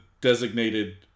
designated